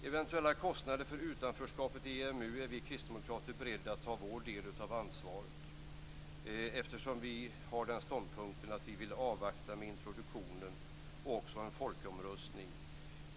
Eventuella kostnader för utanförskapet i EMU är vi kristdemokrater beredda att ta vår del av ansvaret för eftersom vi har den ståndpunkten att vi vill avvakta introduktionen och även en folkomröstning.